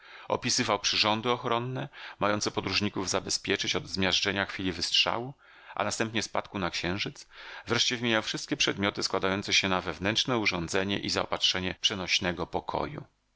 opisywał przyrządy ochronne mające podróżników zabezpieczyć od zmiażdżenia w chwili wystrzału a następnie spadku na księżyc wreszcie wymieniał wszystkie przedmioty składające się na wewnętrzne urządzenie i zaopatrzenie przenośnego pokoju